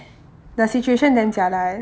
the situation damn jialat